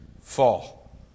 fall